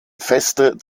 feste